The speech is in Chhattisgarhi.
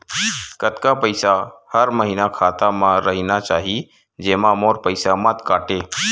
कतका पईसा हर महीना खाता मा रहिना चाही जेमा मोर पईसा मत काटे?